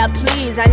please